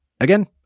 Again